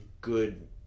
good